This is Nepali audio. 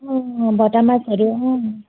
भटमासहरू